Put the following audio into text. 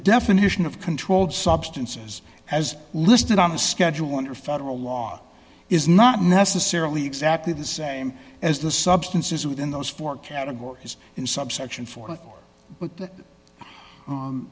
definition of controlled substances as listed on a schedule under federal law is not necessarily exactly the same as the substances within those four categories in subsection four but that